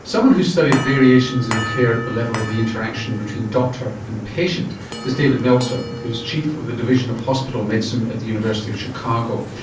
someone who's studied variations in care at the level of the interaction between doctor and patient is david meltzer, who's chief of the division of hospital medicine at the university of chicago.